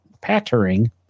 pattering